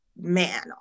Man